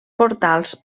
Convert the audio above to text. portals